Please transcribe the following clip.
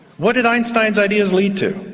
what did einstein's ideas lead to?